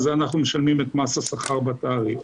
אנחנו משלמים את מס השכר בתעריף.